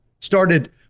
started